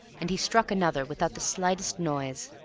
and he struck another without the slightest noise.